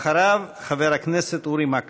אחריו, חבר הכנסת אורי מקלב.